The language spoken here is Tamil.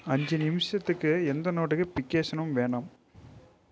அஞ்சு நிமிஷத்துக்கு எந்த நோட்டிக்கி பிக்கேஷனும் வேணாம்